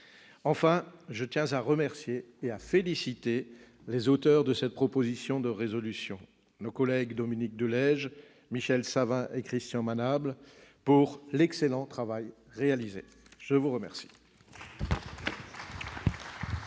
Enfin, je tiens à remercier et à féliciter les auteurs de cette proposition de résolution, nos collègues Dominique de Legge, Michel Savin et Christian Manable, pour l'excellent travail réalisé. La parole